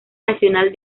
nacional